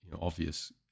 obvious